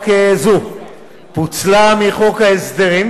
מחוק ההסדרים,